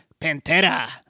Pantera